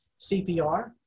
CPR